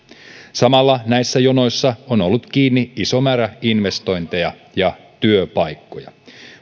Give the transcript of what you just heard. samalla näissä jonoissa on ollut kiinni iso määrä investointeja ja työpaikkoja